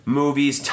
movies